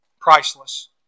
priceless